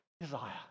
desire